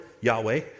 Yahweh